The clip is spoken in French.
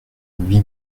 lui